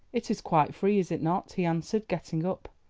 it is quite free, is it not? he answered, getting up.